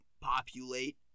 populate